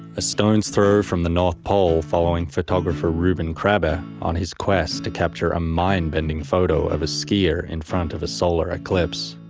a stone's throw from the north pole following photographer reuben krabbe on his quest to capture a mind-bending photo of a skier in front of a solar eclipse.